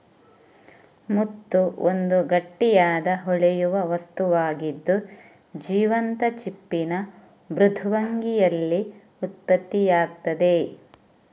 ಮುತ್ತು ಒಂದು ಗಟ್ಟಿಯಾದ, ಹೊಳೆಯುವ ವಸ್ತುವಾಗಿದ್ದು, ಜೀವಂತ ಚಿಪ್ಪಿನ ಮೃದ್ವಂಗಿಯಲ್ಲಿ ಉತ್ಪತ್ತಿಯಾಗ್ತದೆ